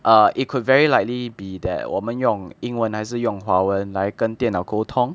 err it could very likely be that 我们用英文还是用华文来跟电脑沟通